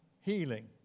healing